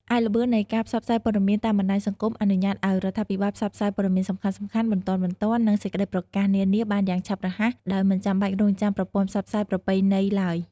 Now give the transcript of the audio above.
ឯល្បឿននៃការផ្សព្វផ្សាយព័ត៌មានតាមបណ្ដាញសង្គមអនុញ្ញាតឱ្យរដ្ឋាភិបាលផ្សព្វផ្សាយព័ត៌មានសំខាន់ៗ បន្ទាន់ៗ និងសេចក្ដីប្រកាសនានាបានយ៉ាងឆាប់រហ័ស ដោយមិនចាំបាច់រង់ចាំប្រព័ន្ធផ្សព្វផ្សាយប្រពៃណីឡើយ។